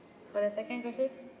but the second question